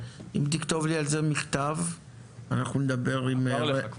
לא יצטרכו להעביר לרשת; הם ייצרו לעצמם ויפנו את הרשת.